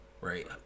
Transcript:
right